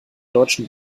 deutschen